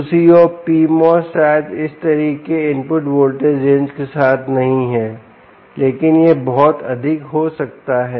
दूसरी ओर PMOS शायद इस तरह के इनपुट वोल्टेज रेंज के साथ नहीं है लेकिन यह बहुत अधिक हो सकता है